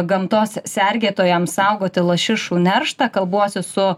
gamtos sergėtojam saugoti lašišų nerštą kalbuosi su